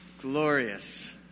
Glorious